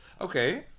Okay